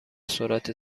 سرعت